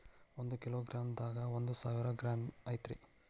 ಒಂದ kilogram ದಾಗ ಒಂದ ಸಾವಿರ ಗ್ರಾಂ ಐತಿ